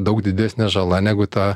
daug didesnė žala negu ta